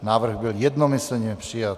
Návrh byl jednomyslně přijat.